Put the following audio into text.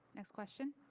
next question.